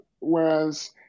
Whereas